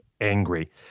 angry